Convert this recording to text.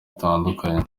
dutandukanye